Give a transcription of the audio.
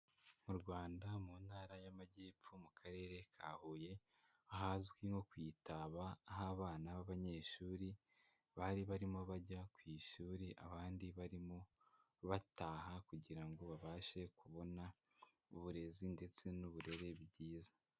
Mu Rwanda mu ntara y'amajyepfo mu karere ka Huye ahazwi nko ku Itaba, aho abana b'abanyeshuri bari barimo bajya ku ishuri, abandi barimo bataha kugira ngo babashe kubona uburezi ndetse n'uburere byiza.